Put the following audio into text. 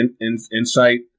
insight